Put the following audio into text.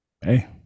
hey